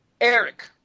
Eric